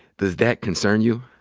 does that concern you?